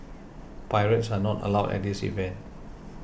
pirates are not allowed at this event